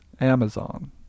Amazon